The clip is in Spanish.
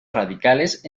radicales